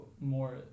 more